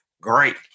Great